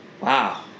wow